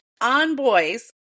onboys